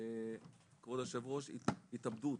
כבוד היושב ראש, התאבדות,